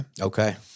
Okay